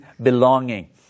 belonging